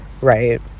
right